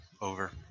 over